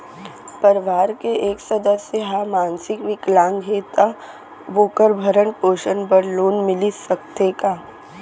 परवार के एक सदस्य हा मानसिक विकलांग हे त का वोकर भरण पोषण बर लोन मिलिस सकथे का?